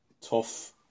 tough